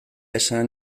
esan